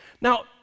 Now